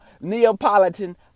Neapolitan